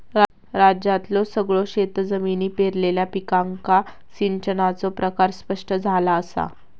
राज्यातल्यो सगळयो शेतजमिनी पेरलेल्या पिकांका सिंचनाचो प्रकार स्पष्ट झाला असा